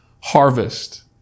harvest